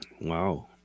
Wow